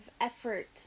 effort